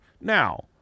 Now